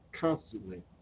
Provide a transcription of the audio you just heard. constantly